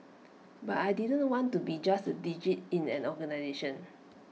but I didn't want to be just A digit in an organisation